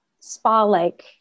spa-like